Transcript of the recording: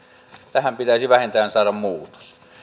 tähän pitäisi vähintään saada muutos